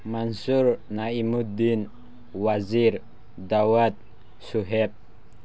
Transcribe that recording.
ꯃꯟꯁꯨꯔ ꯅꯥꯏꯃꯨꯗꯤꯟ ꯋꯥꯖꯤꯔ ꯗꯥꯋꯠ ꯁꯨꯍꯦꯠ